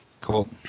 Cool